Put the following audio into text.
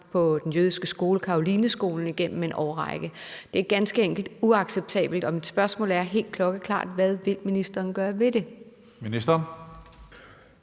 på den jødiske skole, Carolineskolen, igennem en årrække. Det er ganske enkelt uacceptabelt, og mit spørgsmålet er helt klokkeklart, hvad ministeren vil gøre ved det.